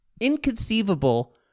inconceivable